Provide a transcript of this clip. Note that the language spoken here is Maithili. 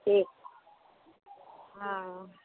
ठीक हँ